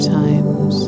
times